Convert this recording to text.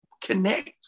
connect